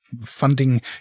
funding